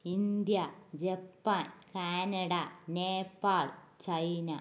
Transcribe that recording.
India Japan Canada Nepal China